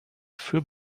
für